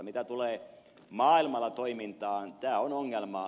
mitä tulee maailmalla toimintaan tämä on ongelma